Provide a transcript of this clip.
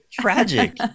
tragic